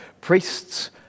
priests